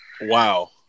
Wow